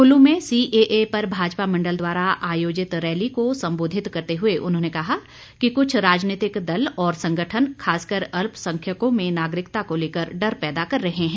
कुल्लू में सीएए पर भाजपा मंडल द्वारा आयोजित रैली को संबोधित करते हुए उन्होंने कहा कि कुछ राजनीति दल और संगठन खासकर अल्पसंख्यकों में नागरिकता को लेकर डर पैदा कर रहे हैं